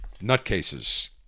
nutcases